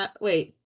wait